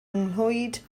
nghlwyd